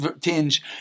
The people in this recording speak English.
tinge